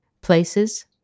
places